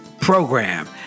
program